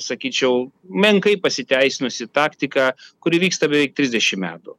sakyčiau menkai pasiteisinusi taktika kuri vyksta beveik trisdešimt metų